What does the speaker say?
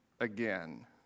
again